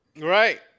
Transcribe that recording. right